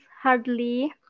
hardly